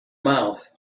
mouth